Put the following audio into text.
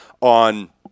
on